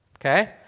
Okay